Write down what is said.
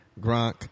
Gronk